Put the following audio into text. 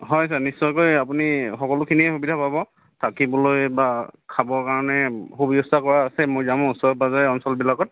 হয় নিশ্চয়কৈ আপুনি সকলোখিনিয়ে সুবিধা পাব থাকিবলৈ বা খাবৰ কাৰণে সু ব্যৱস্থা কৰা আছে মৈদামৰ ওচৰে পাঁজৰে অঞ্চলবিলাকত